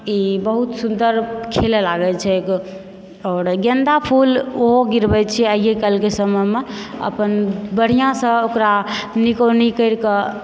ई बहुत सुन्दर खिलऽ लागै छै आओर गेन्दा फूल ओहो गिरबै छियै आइए कल्हि के समय मे अपन बढ़िऑंसँ ओकरा निकोनिक करि कऽ